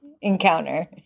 encounter